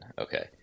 Okay